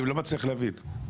אני לא מצליח להבין.